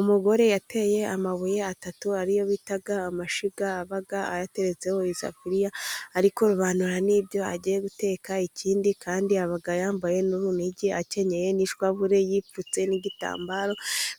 Umugore yateye amabuye atatu ariyo bita amashyiga, aba ayateretseho isafuriya ari kurobanura n'ibyo agiye guteka, ikindi kandi aba yambaye n'urunigi ,akenyeye n'ishabure ,yipfutse n'igitambaro